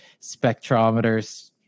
spectrometers